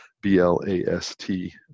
B-L-A-S-T